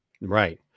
Right